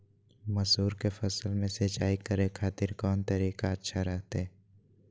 मसूर के फसल में सिंचाई करे खातिर कौन तरीका अच्छा रहतय?